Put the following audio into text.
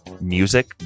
music